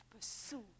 pursue